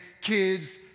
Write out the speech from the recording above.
kids